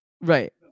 right